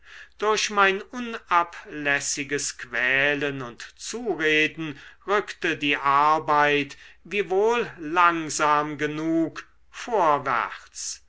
durch mein unablässiges quälen und zureden rückte die arbeit wiewohl langsam genug vorwärts